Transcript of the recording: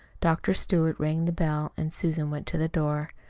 dr. stewart rang the bell and susan went to the door.